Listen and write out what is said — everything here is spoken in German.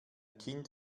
kind